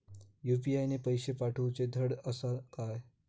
UPI ने पैशे पाठवूचे धड आसा काय?